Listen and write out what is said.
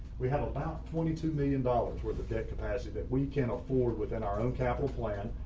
we have about twenty two million dollars where the debt capacity that we can afford within our own capital plan,